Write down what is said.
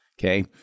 okay